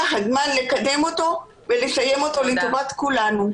הזמן לקדם אותו ולסיים אותו לטובת כולנו.